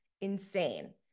insane